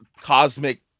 Cosmic